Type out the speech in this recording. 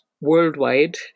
worldwide